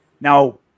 Now